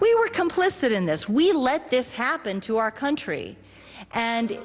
we were complicit in this we let this happen to our country